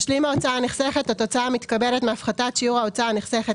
"משלים ההוצאה הנחסכת" התוצאה המתקבלת מהפחתת שיעור ההוצאה הנחסכת,